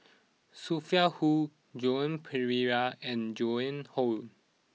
Sophia Hull Joan Pereira and Joan Hon